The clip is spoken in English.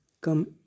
come